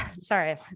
sorry